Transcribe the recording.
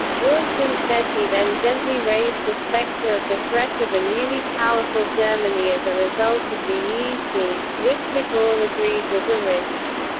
wilson said he then gently raised the spectre of the threat of a newly powerful germany as a result of the eec, which de gaulle agreed was a risk.